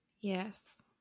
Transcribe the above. Yes